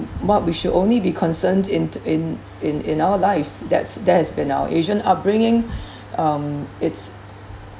what we should only be concerned in in in in our lives that's that has been our asian upbringing um it's